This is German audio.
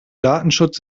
datenschutz